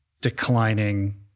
declining